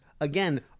again